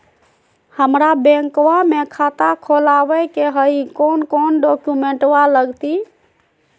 हमरा बैंकवा मे खाता खोलाबे के हई कौन कौन डॉक्यूमेंटवा लगती?